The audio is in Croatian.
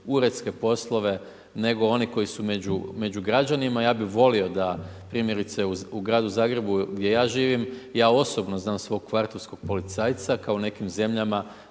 uredske poslove, nego ni koji su među građanima, ja bi volio da primjerice u Gradu Zagrebu, gdje ja živim ja osobno znam svog kvartovskog policajca, znate koja